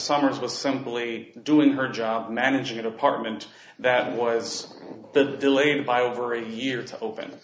summers was simply doing her job of managing an apartment that was the delayed by over a year to open